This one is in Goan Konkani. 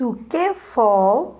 सुके फोव